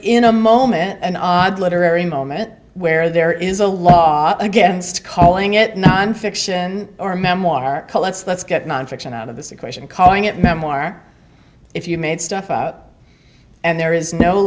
in a moment an odd literary moment where there is a law against calling it nonfiction or memoir let's get nonfiction out of this equation calling it memoir if you made stuff out and there is no